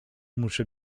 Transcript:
muszę